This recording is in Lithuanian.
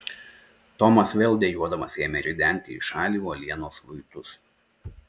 tomas vėl dejuodamas ėmė ridenti į šalį uolienos luitus